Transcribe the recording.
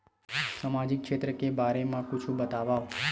सामजिक क्षेत्र के बारे मा कुछु बतावव?